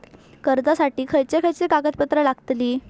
कर्जासाठी खयचे खयचे कागदपत्रा लागतली?